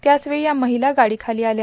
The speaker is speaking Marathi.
त्याचवेळी हया महिला गाडीखाल्या आल्या